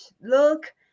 look